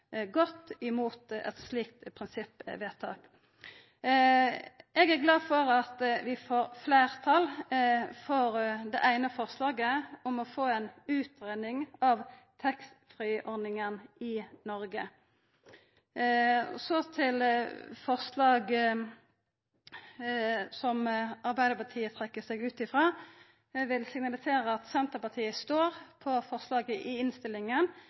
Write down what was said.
godt imot eit slikt prinsippvedtak. Eg er glad for at vi får fleirtal for det eine forslaget om å få ei utgreiing av taxfree-ordninga i Noreg. Så til forslaget som Arbeidarpartiet trekkjer seg frå. Eg vil signalisera at Senterpartiet står bak forslaget i innstillinga.